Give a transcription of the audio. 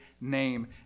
name